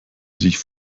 sich